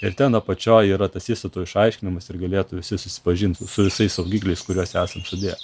ir ten apačioj yra tas įstatų išaiškinimas ir galėtų susipažinti su visais saugikliais kuriuos esam sudėję